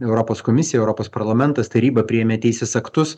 europos komisija europos parlamentas taryba priėmė teisės aktus